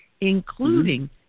including